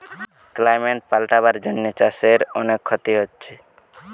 climate পাল্টাবার জন্যে চাষের অনেক ক্ষতি হচ্ছে